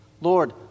Lord